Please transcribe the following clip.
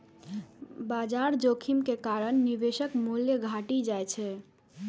बाजार जोखिम के कारण निवेशक मूल्य घटि जाइ छै